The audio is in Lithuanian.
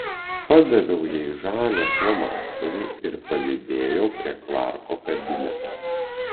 padaviau jai žalią flomasterį ir palydėjau prie klarko kabineto